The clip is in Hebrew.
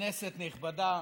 כנסת נכבדה,